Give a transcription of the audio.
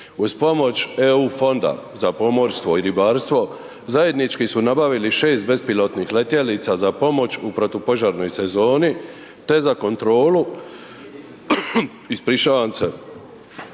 uz pomoć EU fonda za pomorstvo i ribarstvo zajednički su nabavili 6 bespilotnih letjelica za pomoć u protupožarnoj sezoni te za kontrolu i nadzor